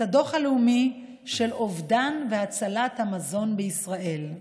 הדוח הלאומי על אובדן והצלה של מזון בישראל.